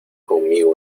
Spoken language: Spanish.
conmigo